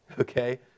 okay